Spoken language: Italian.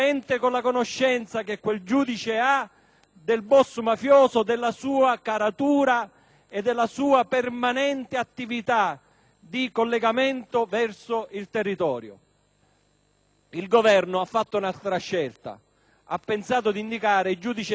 Il Governo ha fatto un'altra scelta: ha pensato di indicare il giudice di sorveglianza del tribunale di Roma.